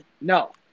No